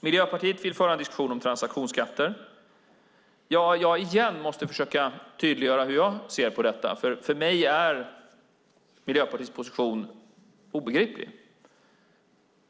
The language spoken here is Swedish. Miljöpartiet vill föra en diskussion om transaktionsskatter. Igen måste jag försöka tydliggöra hur jag ser på detta. För mig är Miljöpartiets position obegriplig.